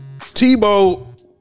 Tebow